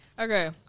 Okay